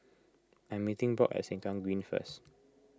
I am meeting Brock at Sengkang Green first